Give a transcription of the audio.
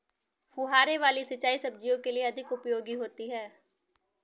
फुहारे वाली सिंचाई सब्जियों के लिए अधिक उपयोगी होती है?